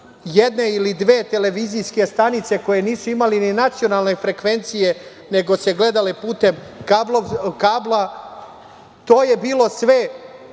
jedne ili dve televizijske stanice koje nisu imali ni nacionalne frekvencije, nego se gledale putem kabla, to je bilo sve